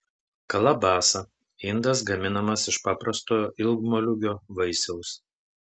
kalabasa indas gaminamas iš paprastojo ilgmoliūgio vaisiaus